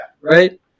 Right